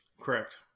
Correct